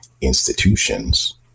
institutions